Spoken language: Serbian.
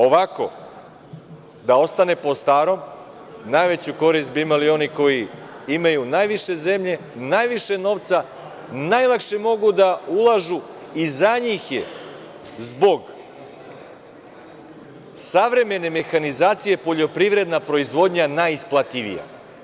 Ovako, da ostane po starom, najveću korist bi imali oni koji imaju najviše zemlje, najviše novca, najlakše mogu da ulažu i za njih je zbog savremene mehanizacije poljoprivredna proizvodnja najisplativija.